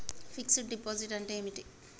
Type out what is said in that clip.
Fix డ్ deposit అంటే ఏమిటి?